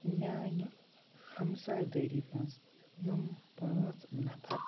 میٛانہِ ہَمساے دٲری منٛز یِم پانٛژھ نَفَر